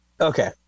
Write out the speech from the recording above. Okay